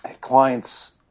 Clients